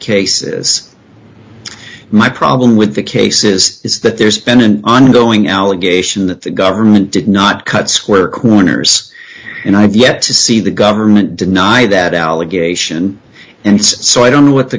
cases my problem with the case is is that there's been an ongoing allegation that the government did not cut square corners and i have yet to see the government deny that allegation and so i don't know what the